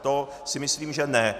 To si myslím že ne.